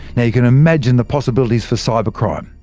now you can imagine the possibilities for cybercrime.